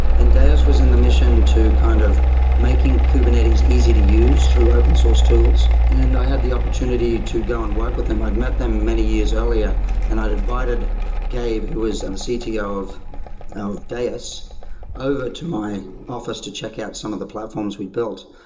and deis was in the mission to kind of making kubernetes easy to use through open source tools, and i had the opportunity to go and work with them. i had met them many years earlier and i invited gabe, who is um the cto yeah ah of of deis, over to my office to check out some of the platforms we built.